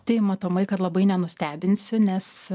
tai matomai kad labai nenustebinsiu nes